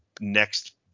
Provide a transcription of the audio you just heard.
next